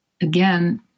again